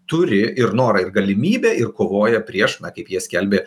turi ir norą ir galimybę ir kovoja prieš kaip jie skelbė